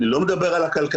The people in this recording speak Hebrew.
אני לא מדבר על הכלכלה,